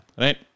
right